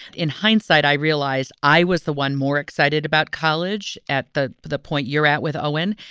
in hindsight, i realized i was the one more excited about college at the the point you're at with o n.